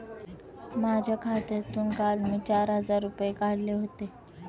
माझ्या खात्यातून काल मी चार हजार रुपये काढले होते